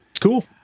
Cool